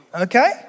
okay